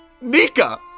Nika